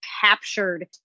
captured